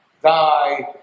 Thy